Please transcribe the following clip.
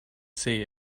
see